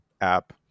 app